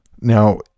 Now